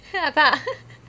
அதான்:athaan